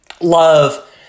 love